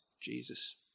Jesus